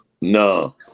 No